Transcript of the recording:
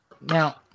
Now